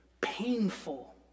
painful